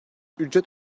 ücret